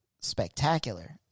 spectacular